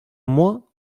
moi